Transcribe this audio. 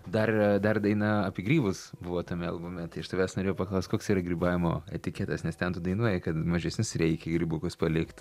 dar dar daina apie grybus buvo tame albume tai aš tavęs norėjau paklaust koks yra grybavimo etiketas nes ten tu dainuoji kad mažesnius reikia grybukus palikt